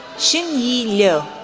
xinyi liu,